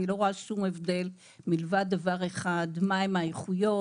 אני לא רואה שום הבדל מלבד דבר אחד שהוא האיכויות,